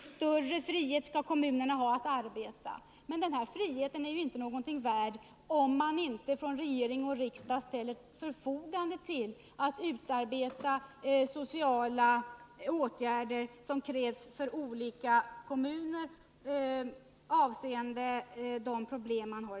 Kommunerna skall ha större frihet att arbeta — men den friheten är ju inte någonting värd, om inte regering och riksdag ställer medel till förfogande så att olika kommuner kan utarbeta sociala åtgärder avseende de problem de har.